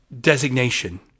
designation